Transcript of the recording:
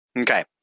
Okay